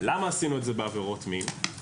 למה עשינו את זה בעבירות מין.